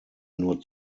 nur